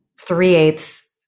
three-eighths